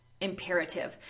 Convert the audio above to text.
imperative